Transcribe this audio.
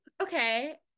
Okay